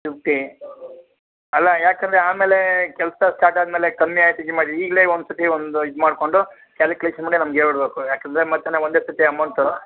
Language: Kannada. ಫಿಫ್ಟಿ ಅಲ್ಲ ಯಾಕಂದರೆ ಆಮೇಲೆ ಕೆಲಸ ಸ್ಟಾರ್ಟ್ ಆದ್ಮೇಲೆ ಕಮ್ಮಿ ಆಯ್ತು ಗಿಮ್ ಆಯ್ತು ಈಗಲೇ ಒಂದ್ಸರ್ತಿ ಒಂದು ಇದು ಮಾಡ್ಕೊಂಡು ಕ್ಯಾಲ್ಕೇಷನ್ ಮಾಡಿ ನಮ್ಗೆ ಹೇಳ್ ಬಿಡಬೇಕು ಯಾಕಂದರೆ ಮತ್ತೆ ನಾವು ಒಂದೇ ಸರ್ತಿ ಅಮೌಂಟು